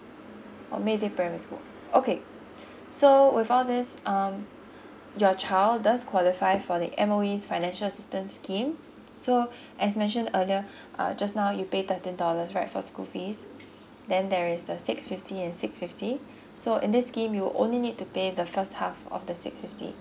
oh mayfair primary school okay so with all these um your child does qualify for the M_O_E financial assistance scheme so as mentioned earlier uh just now you pay thirteen dollars right for school fees then there is the six fifty and six fifty so in this scheme you only need to pay the first half of the six fifty